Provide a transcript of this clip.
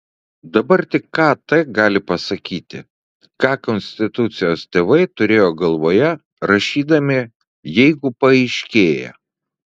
dabar tik kt gali pasakyti ką konstitucijos tėvai turėjo galvoje rašydami jeigu paaiškėja